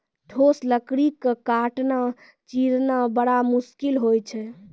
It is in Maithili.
ठोस लकड़ी क काटना, चीरना बड़ा मुसकिल होय छै